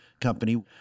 company